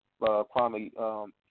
Kwame